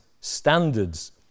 standards